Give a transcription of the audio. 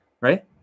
Right